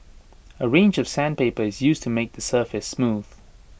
A range of sandpaper is used to make the surface smooth